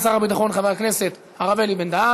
הכנסת נתקבלה.